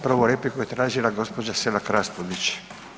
Prvu repliku je tražila gđa. Selak Raspudić.